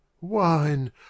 wine